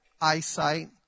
eyesight